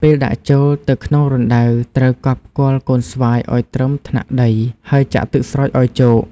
ពេលដាក់ចូលទៅក្នុងរណ្ដៅ ត្រូវកប់គល់កូនស្វាយឲ្យត្រឹមថ្នាក់ដី ហើយចាក់ទឹកស្រោចឲ្យជោគ។